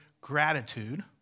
gratitude